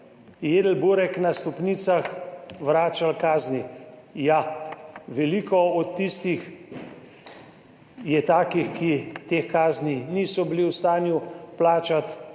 jedel burek na stopnicah, vračali kazni? Ja. Veliko od tistih je takih, ki teh kazni niso bili v stanju plačati,